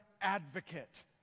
advocate